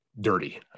dirty